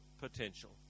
potential